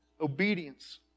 obedience